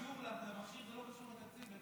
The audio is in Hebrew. לא, אבל